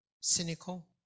cynical